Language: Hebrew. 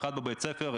אחד בבית ספר,